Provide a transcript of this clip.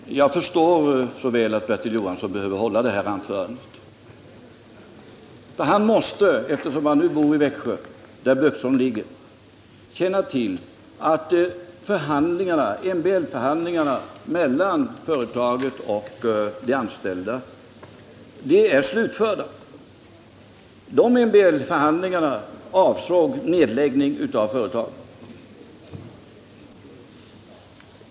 Herr talman! Jag förstår så väl att Bertil Johansson behövde hålla det senaste anförandet. Han måste, eftersom han nu bor i Växjö, där Böksholm ligger, känna till att MBL-förhandlingarna mellan företaget och de anställda är slutförda. Dessa MBL-förhandlingar avsåg nedläggning av företaget.